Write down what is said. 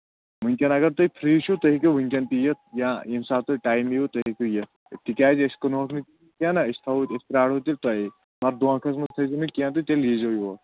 وٕنۍکٮ۪ن اَگر تُہۍ فِرٛی چھِو تُہۍ ہٮ۪کِو وٕنۍکٮ۪ن تہِ یِتھ یا ییٚمہِ ساتہٕ تۄہہِ ٹایِم یِیو تُہۍ ہٮ۪کِو یِتھ تِکیٛازِ أسۍ کٕنوکھ نہٕ کینٛہہ نہ أسۍ تھاوَو ییٚتہِ أسۍ پرٛارو تیٚلہِ تۄہے مَگر دھوکھَس منٛز تھٲیزیو نہٕ کیٚنہہ تہٕ تیٚلہِ ییٖزیو یور